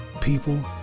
people